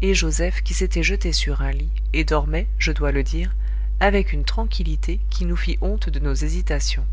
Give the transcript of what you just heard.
et joseph qui s'était jeté sur un lit et dormait je dois le dire avec une tranquillité qui nous fit honte de nos hésitations